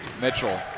Mitchell